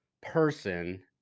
person